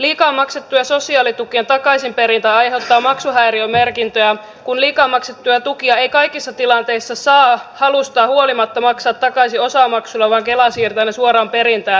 liikaa maksettujen sosiaalitukien takaisinperintä aiheuttaa maksuhäiriömerkintöjä kun liikaa maksettuja tukia ei kaikissa tilanteissa saa halustaan huolimatta maksaa takaisin osamaksulla vaan kela siirtää ne suoraan perintään